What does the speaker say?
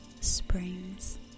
springs